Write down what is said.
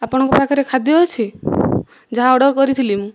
ଆପଣଙ୍କ ପାଖରେ ଖାଦ୍ୟ ଅଛି ଯାହା ଅର୍ଡ଼ର କରିଥିଲି ମୁଁ